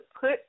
put